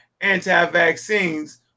anti-vaccines